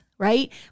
Right